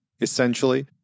essentially